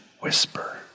whisper